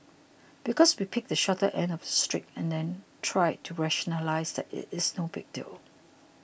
because we picked the shorter end of the stick and then tried to rationalise that it is no big deal